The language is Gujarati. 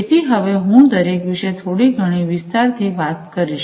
તેથી હવે હું દરેક વિશે થોડી ઘણી વિસ્તારથી વાત કરીશ